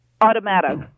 Automatic